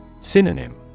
Synonym